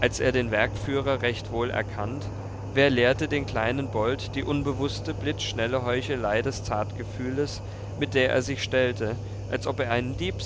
als er den werkführer recht wohl erkannt wer lehrte den kleinen bold die unbewußte blitzschnelle heuchelei des zartgefühles mit der er sich stellte als ob er einen dieb